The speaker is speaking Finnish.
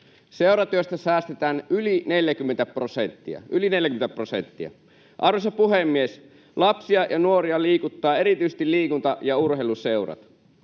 prosenttia — yli 40 prosenttia. Arvoisa puhemies! Lapsia ja nuoria liikuttavat erityisesti liikunta‑ ja urheiluseurat.